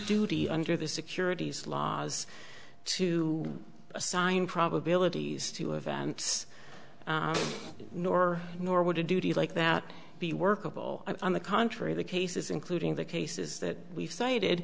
duty under the securities laws to assign probabilities to events nor nor would a duty like that be workable on the contrary the cases including the cases that we've cited